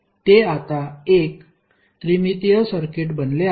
ते आता एक त्रिमितीय सर्किट बनले आहे